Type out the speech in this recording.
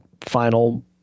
final